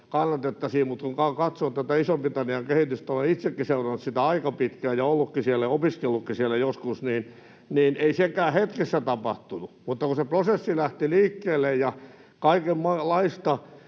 kannatettaisiin, mutta kun katson tätä Ison-Britannian kehitystä — olen itsekin seurannut sitä aika pitkään ja ollutkin siellä, opiskellutkin siellä joskus — niin ei sekään hetkessä tapahtunut, mutta kun se prosessi lähti liikkeelle ja kaikenlaista